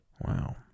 Wow